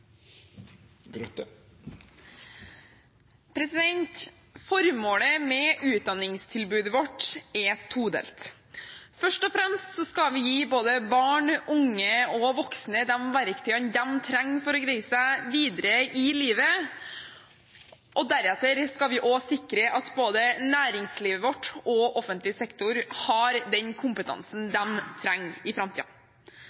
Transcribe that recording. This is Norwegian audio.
Formålet med utdanningstilbudet vårt er todelt. Først og fremst skal vi gi både barn, unge og voksne de verktøyene de trenger for å greie seg videre i livet, og deretter skal vi sikre at både næringslivet vårt og offentlig sektor har den kompetansen